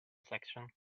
section